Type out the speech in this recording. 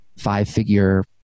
five-figure